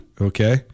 Okay